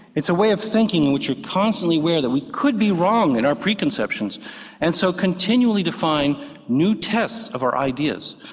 it's a way of thinking in which we're constantly aware that we could be wrong in our preconceptions and so continually define new tests of our ideas.